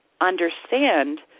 understand